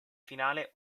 finale